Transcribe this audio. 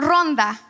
Ronda